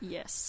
Yes